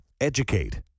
Educate